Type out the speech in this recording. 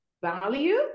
value